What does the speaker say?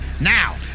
Now